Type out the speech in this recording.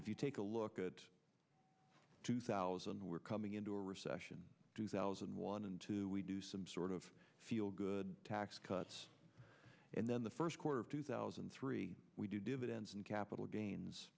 if you take a look at two thousand we're coming into a recession two thousand and one and two we do some sort of feel good tax cuts and then the first quarter of two thousand and three we do dividends and capital gains